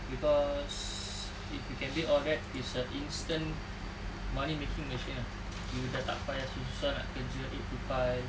cause if you can build all that is a instant money making machine ah you dah tak payah susah-susah nak kerja eight to five